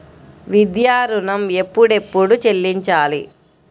విద్యా ఋణం ఎప్పుడెప్పుడు చెల్లించాలి?